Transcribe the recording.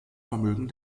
vermögen